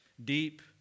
Deep